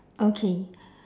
okay